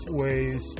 ways